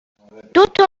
دوتا